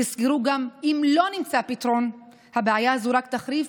תזכרו גם שאם לא נמצא פתרון, הבעיה הזאת רק תחריף.